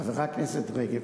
חברת הכנסת רגב,